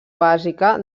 bàsica